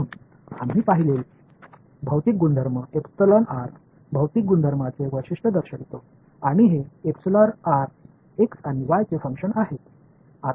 म्हणून आम्ही पाहिलेले भौतिक गुणधर्म भौतिक गुणधर्मांचे वैशिष्ट्य दर्शवितो आणि हे x आणि y चे फंक्शन आहेत